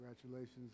Congratulations